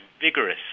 vigorous